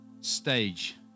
stage